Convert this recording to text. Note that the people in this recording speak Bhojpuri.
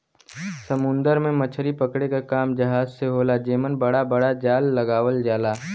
समुंदर में मछरी पकड़े क काम जहाज से होला जेमन बड़ा बड़ा जाल लगावल जाला